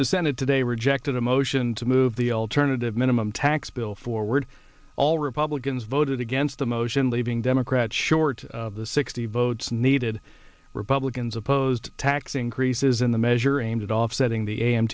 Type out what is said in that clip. the senate today rejected a motion to move the alternative minimum tax bill forward all republicans voted against the motion leaving democrats short of the sixty votes needed republicans opposed tax increases in the measure aimed at offsetting the a m